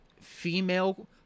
female